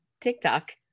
TikTok